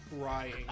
crying